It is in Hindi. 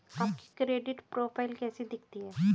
आपकी क्रेडिट प्रोफ़ाइल कैसी दिखती है?